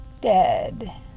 dead